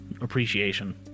appreciation